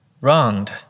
wronged